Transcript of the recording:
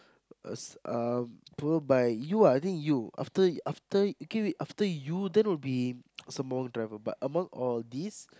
uh um followed by you ah I think you after after K wait after you then will be some more driver but among all these